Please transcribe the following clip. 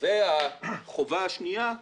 והחובה השנייה היא